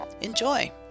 Enjoy